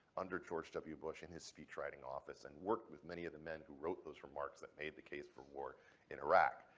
under george w. bush, in his speech-writing office and worked with many of the men who wrote those remarks that made the case for war in iraq.